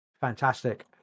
fantastic